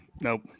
Nope